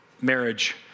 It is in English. marriage